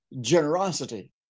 generosity